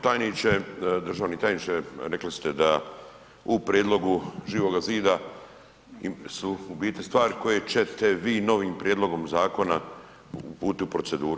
Tajniče, državni tajniče rekli ste da u prijedlogu Živoga zida su u biti stvari koje ćete vi novim prijedlogom zakona uputiti u proceduru.